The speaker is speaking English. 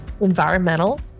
environmental